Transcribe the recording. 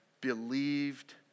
believed